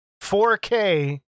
4K